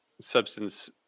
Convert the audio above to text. substance